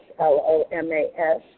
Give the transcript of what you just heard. L-O-M-A-S